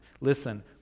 Listen